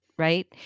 right